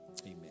Amen